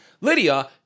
Lydia